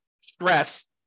stress